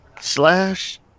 Slash